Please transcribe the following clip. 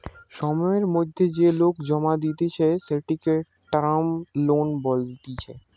সময়ের মধ্যে যে লোন জমা দিতেছে, সেটিকে টার্ম লোন বলতিছে